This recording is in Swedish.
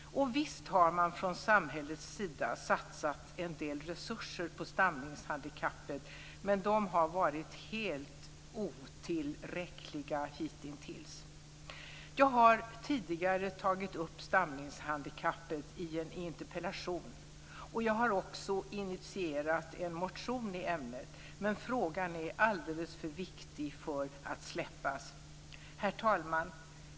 Visst har man från samhällets sida satsat en del resurser på stamningshandikappet, men de har varit helt otillräckliga hitintills. Jag har tidigare tagit upp stamningshandikappet i en interpellation, och jag har också initierat en motion i ämnet, men frågan är alldeles för viktig för att släppas. Herr talman!